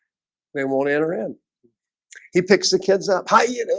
i won't enter in he picks the kids up high, you know